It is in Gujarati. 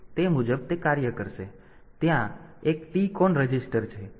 તેથી તે તે મુજબ કાર્ય કરશે ત્યાં એક TCON રજિસ્ટર છે જે ટાઈમર કંટ્રોલ રજિસ્ટર છે